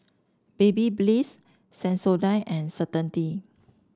Babybliss Sensodyne and Certainty